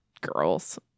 girls